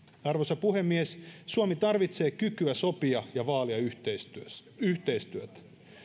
arvoisa puhemies suomi tarvitsee kykyä sopia ja vaalia yhteistyötä